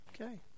Okay